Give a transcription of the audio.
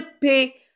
pay